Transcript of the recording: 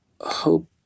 hope